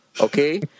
Okay